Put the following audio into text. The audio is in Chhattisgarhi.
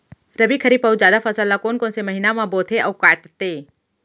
रबि, खरीफ अऊ जादा फसल ल कोन कोन से महीना म बोथे अऊ काटते?